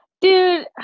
Dude